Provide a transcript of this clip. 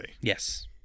Yes